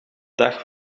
dag